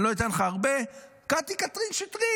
אני לא אתן לך הרבה, קטי קטרין שטרית.